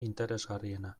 interesgarriena